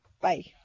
Bye